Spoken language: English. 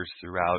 throughout